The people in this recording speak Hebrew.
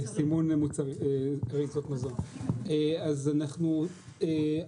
אז אנחנו,